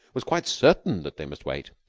was quite certain that they must wait.